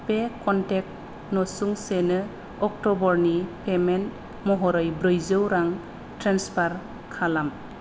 बे कनटेक्ट नसुंसेनो अक्ट'बरनि पेमेन्ट महरै ब्रैजौ रां ट्रेन्सफार खालाम